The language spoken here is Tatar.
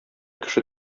кеше